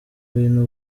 bintu